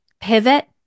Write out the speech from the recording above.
pivot